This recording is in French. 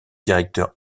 directeur